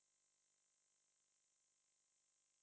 she eye ball ah